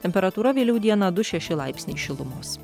temperatūra vėliau dieną du šeši laipsniai šilumos